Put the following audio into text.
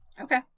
Okay